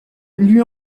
lui